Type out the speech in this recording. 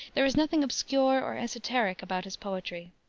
there is nothing obscure or esoteric about his poetry.